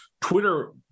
Twitter